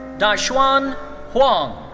daxuan huang.